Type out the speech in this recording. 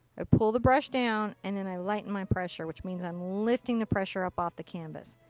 i pull the brush down, and then i lighten my pressure. which means i'm lifting the pressure up off the canvas.